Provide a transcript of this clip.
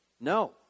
No